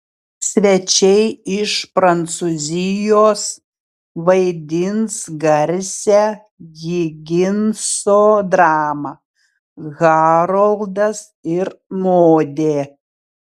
svečiai iš prancūzijos vaidins garsią higinso dramą haroldas ir modė